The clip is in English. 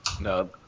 No